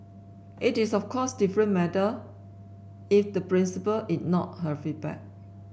it is of course a different matter if the principal ignored her feedback